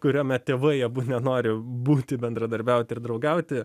kuriame tėvai abu nenori būti bendradarbiauti ir draugauti